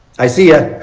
i see you?